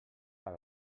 per